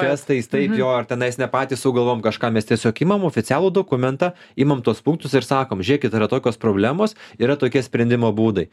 testais taip jo ar tenais ne patys sugalvoja kažką mes tiesiog imama oficialų dokumentą imam tuos punktus ir sakom žiūrėkit yra tokios problemos yra tokie sprendimo būdai